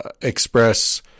express